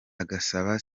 agasaba